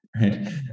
right